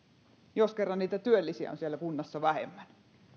jos kerran niitä työllisiä on siellä kunnassa vähemmän